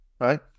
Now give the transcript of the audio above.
right